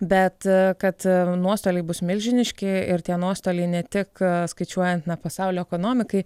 bet kad nuostoliai bus milžiniški ir tie nuostoliai ne tik skaičiuojant na pasaulio ekonomikai